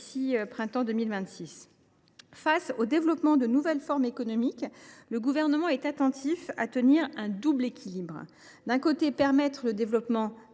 au printemps 2026. Face au développement de nouvelles formes économiques, le Gouvernement est attentif à tenir un double équilibre. D’un côté, nous devons permettre le développement